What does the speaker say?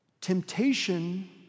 Temptation